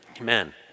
Amen